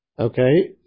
Okay